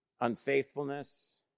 unfaithfulness